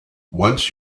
once